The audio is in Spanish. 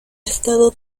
estado